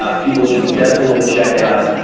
ah people should definitely check out,